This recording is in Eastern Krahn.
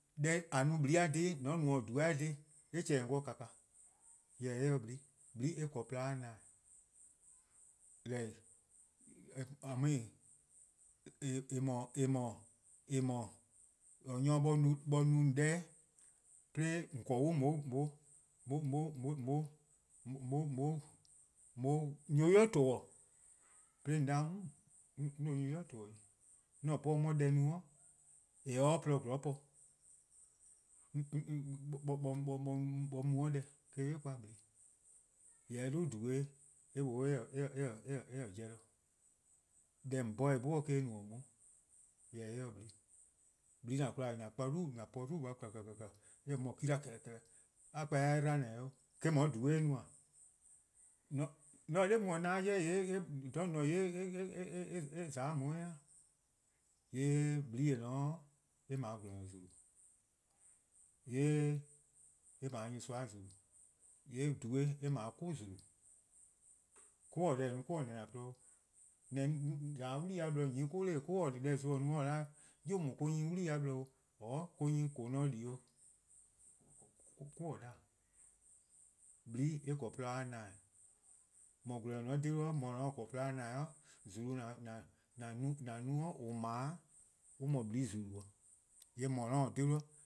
Deh :a no-a :blii'-a dhih-' :mor :a no-eh :dhui'-a dhih :yee' eh :chehn-dih-a dih :kana :kana, jorwor: eh :se :blii', :blii' 'ble :porluh-a dih :na-dih-eh:. :eh :mor nyor no :on deh-', 'de :on :korn :on 'ye or nyor: 'i :to-dih: 'de :on 'da :on :se or nyor+ 'i :to-dih 'i. 'On :se 'bhorn 'on 'ye deh no eh 'ye or :porluh 'zorn po. 'nyi or mu-or deh eh-: :korn 'be 'kpa :blii'. Jorwor :mor eh 'dhu :dhui' eh mlor eh-' pobo: 'de, deh :on 'bhorn-dih 'bhun-dih eh-: eh no :on 'bhun, jorwor: eh :se :blii'. Blii' :an kpon-eh, :an kpa dubu' :na po dubu' kpa :kana' :kla :kla :kla :kla. eh-: mor-: kila :kila: kikla :yee' :an kpa-eh :on 'ye-eh 'dba :ne 'oo' eh-: :on 'ye :dhui' no :e? :mor :on 'ye 'de 'nao' :na-dih :yee' 'de :dha :on :ne-a' :yee' :za 'de :on 'weh daa. :yee' :blii' :eh :ne-a 'o, :yee' :blii' :eh :ne-a 'o eh 'ble :gwlor-nyor :zulu:, :yee' eh 'ble nyorsoa'-a :zulu', :yee' :dhui' eh 'ble 'ku :zulu:. :mor 'ku :taa deh no 'ku-a na-dih :porluh-dih, neh :za 'o 'wlii-a blor 'nyi 'ku, :mor 'ku taa deh zon no on se 'beh-dih 'on 'ya :ao' 'yu :daa :or-: 'nyi 'wlii-a blor 'o 'or or-: 'nyi 'on :koo: 'on di 'o 'ku-a 'da :ao'. :blii', eh 'ble :porluh-a dih :na-dih-eh:, :mor :gwlor-nyor: :mor :on :dhe-dih :mor :or :ne 'o :or 'ble :porluh-a dih :na-dih-eh: :zulu: :on 'ble-a' on :mor :blii' :zulu: 'o.